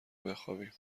بخابیم